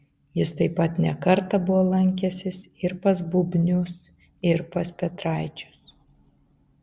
jis taip pat ne kartą buvo lankęsis ir pas bubnius ir pas petraičius